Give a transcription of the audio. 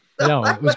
no